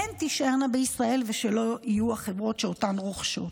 שהן תישארנה בישראל ושהן לא יהיו החברות שאותן רוכשים.